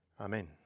Amen